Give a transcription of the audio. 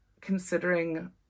considering